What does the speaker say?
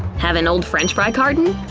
have an old french fry carton?